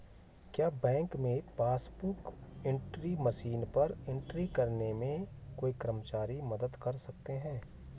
क्या बैंक में passbook book entry machine पर एंट्री करने में कोई कर्मचारी मदद कर सकते हैं?